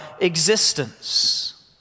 existence